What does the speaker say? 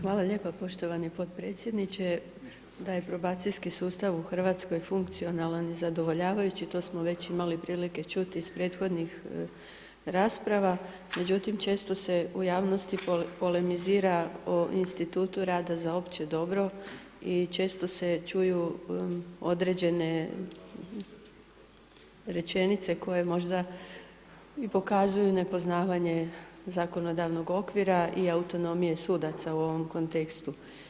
Hvala lijepo poštovani podpredsjedniče, da je probacijski sustav u Hrvatskoj funkcionalan i zadovoljavajući to smo već imali prilike čuti iz prethodnih rasprava međutim često se u javnosti polemizira o institutu rada za opće dobro i često se čuju određene rečenice koje možda i pokazuju nepoznavanje zakonodavnog okvira i autonomije sudaca u ovom kontekstu.